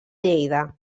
lleida